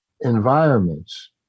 environments